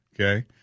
Okay